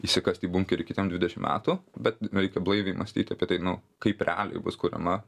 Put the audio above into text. išsikasti bunkerį kitiem dvidešim metų bet reikia blaiviai mąstyt apie tai nu kaip realiai bus kuriama